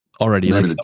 Already